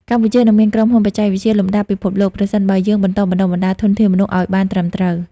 កម្ពុជានឹងមានក្រុមហ៊ុនបច្ចេកវិទ្យាលំដាប់ពិភពលោក ប្រសិនបើយើងបន្តបណ្ដុះបណ្ដាលធនធានមនុស្សឱ្យបានត្រឹមត្រូវ។